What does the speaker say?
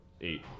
eight